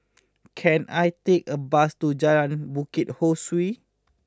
can I take a bus to Jalan Bukit Ho Swee